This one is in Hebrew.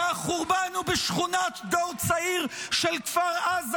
כי החורבן הוא בשכונת הדור הצעיר של כפר עזה,